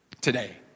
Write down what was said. today